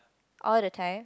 all the time